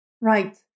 right